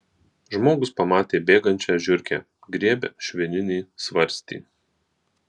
žmogus pamatė bėgančią žiurkę griebia švininį svarstį